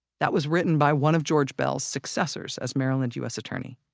that was written by one of george beall's successors as maryland u s. attorney,